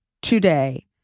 today